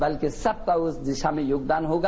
बल्कि सबका उस दिशा में योगदान होगा